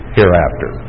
hereafter